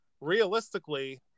realistically